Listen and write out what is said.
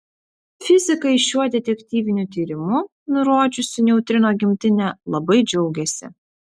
fizikai šiuo detektyviniu tyrimu nurodžiusiu neutrino gimtinę labai džiaugiasi